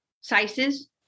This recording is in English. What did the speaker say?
sizes